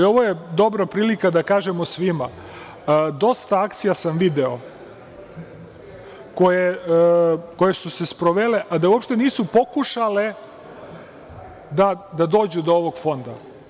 Ovo je dobra prilika da kažemo svima, dosta akcija sam video koje su se sprovele, a da uopšte nisu pokušale da dođu do ovog fonda.